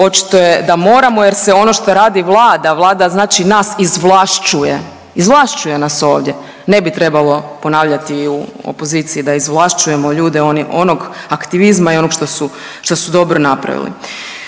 očito je da moramo jer se ono što radi Vlada, Vlada znači nas izvlašćuje, izvlašćuje nas ovdje. Ne bi trebalo ponavljati u opoziciji da izvlašćujemo ljude onog aktivizma i onog što su dobro napravili.